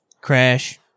crash